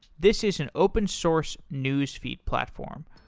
this is an open source newsfeed platform.